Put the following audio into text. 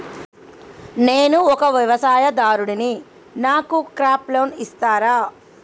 నేను ఒక వ్యవసాయదారుడిని నాకు క్రాప్ లోన్ ఇస్తారా?